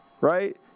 right